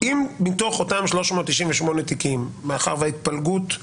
אם מתוך אותם 398 תיקים בהתפלגות,